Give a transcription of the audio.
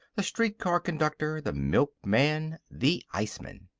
the streetcar conductor, the milkman, the iceman.